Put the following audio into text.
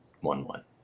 one-one